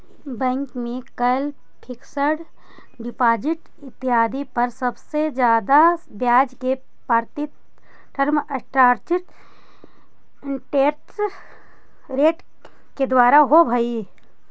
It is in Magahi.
बैंक में कैल फिक्स्ड डिपॉजिट इत्यादि पर सबसे जादे ब्याज के प्राप्ति टर्म स्ट्रक्चर्ड इंटरेस्ट रेट के द्वारा होवऽ हई